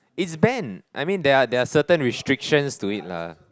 it's banned I mean there are there are certain restrictions to it lah